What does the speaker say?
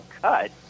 cut